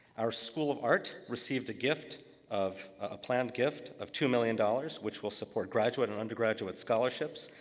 our school of art received a gift of a planned gift of two million dollars, which will support graduate and undergraduate scholarships,